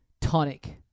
Tonic